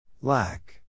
Lack